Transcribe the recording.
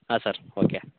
ಹಾಂ sir okay